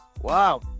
Wow